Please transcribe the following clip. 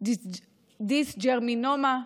דיסג'רמינומה,